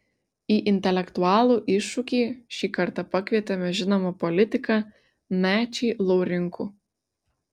į intelektualų iššūkį šį kartą pakvietėme žinomą politiką mečį laurinkų